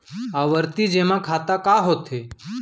आवर्ती जेमा खाता का होथे?